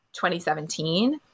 2017